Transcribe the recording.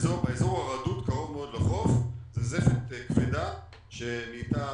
באזור הרדוד קרוב מאוד לחוף זה זפת כבדה שנהייתה